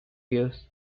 years